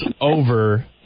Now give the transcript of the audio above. over